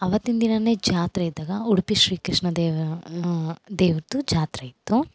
ಅವತ್ತಿನ ದಿನ ಜಾತ್ರೆ ಇದ್ದಾಗ ಉಡುಪಿ ಶ್ರೀ ಕೃಷ್ಣ ದೇವ ದೇವ್ರುದ್ದು ಜಾತ್ರೆ ಇತ್ತು